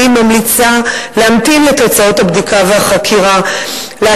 אני ממליצה להמתין לתוצאות החקירה והבדיקה,